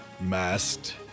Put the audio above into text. masked